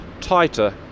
tighter